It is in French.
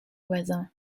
voisins